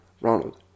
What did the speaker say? Ronald